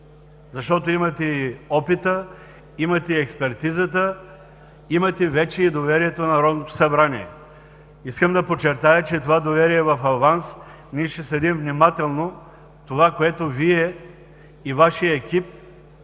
защото имате опита, експертизата, имате вече и доверието на Народното събрание. Искам да подчертая, че това е доверие в аванс. Ние ще следим внимателно това, което Вие и Вашият екип